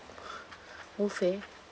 buffet